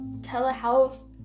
telehealth